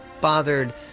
bothered